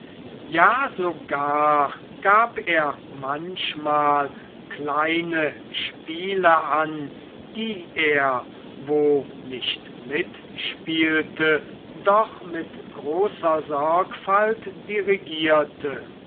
ja sogar gab er manchmal kleine spiele an die er wo nicht mitspielte doch mit großer sorgfalt dirigierte